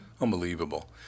Unbelievable